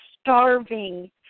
starving